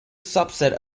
subset